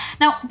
Now